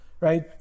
right